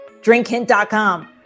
drinkhint.com